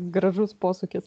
gražus posakis